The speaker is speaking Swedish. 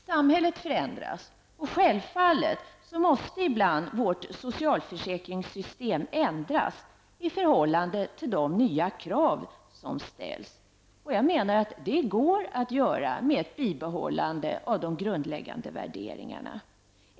Samhället förändras, och självfallet måste ibland vårt socialförsäkringssystem ändras i förhållande till de nya krav som ställs. Jag menar att det går att göra med bibehållande av de grundläggande värderingarna.